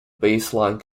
baseline